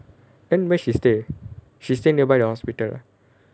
then where she stay she stay nearby the hospital ah